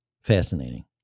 fascinating